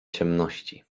ciemności